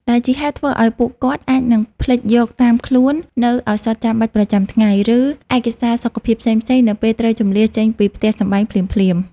ដែលជាហេតុធ្វើឱ្យពួកគាត់អាចនឹងភ្លេចយកតាមខ្លួននូវឱសថចាំបាច់ប្រចាំថ្ងៃ ឬឯកសារសុខភាពផ្សេងៗនៅពេលត្រូវជម្លៀសចេញពីផ្ទះសម្បែងភ្លាមៗ។